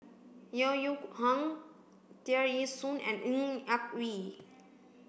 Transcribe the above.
Yeo Yeow Kwang Tear Ee Soon and Ng Yak Whee